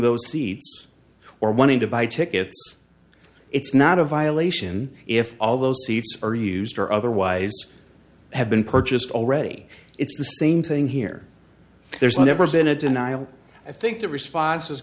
those seats or wanting to buy tickets it's not a violation if all those seats are used or otherwise have been purchased already it's the same thing here there's never been a denial i think the response